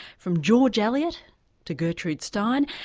from george eliot to gertrude stein,